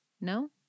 No